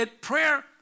prayer